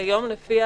כיום לפי